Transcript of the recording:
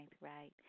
Right